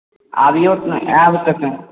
आबियौक ने आब कहाँ